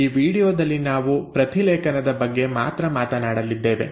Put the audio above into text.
ಈ ವೀಡಿಯೊದಲ್ಲಿ ನಾವು ಪ್ರತಿಲೇಖನದ ಬಗ್ಗೆ ಮಾತ್ರ ಮಾತನಾಡಲಿದ್ದೇವೆ